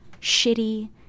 shitty